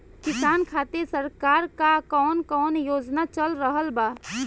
किसान खातिर सरकार क कवन कवन योजना चल रहल बा?